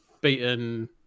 beaten